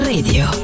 Radio